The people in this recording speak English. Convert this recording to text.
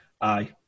aye